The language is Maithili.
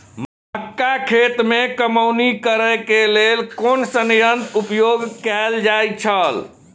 मक्का खेत में कमौनी करेय केय लेल कुन संयंत्र उपयोग कैल जाए छल?